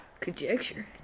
Conjecture